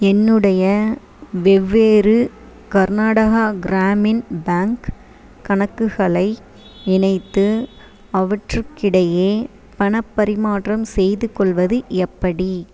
என்னுடைய வெவ்வேறு கர்நாடகா கிராமின் பேங்க் கணக்குகளை இணைத்து அவற்றுக்கிடையே பணப் பரிமாற்றம் செய்து கொள்வது எப்படி